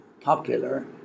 popular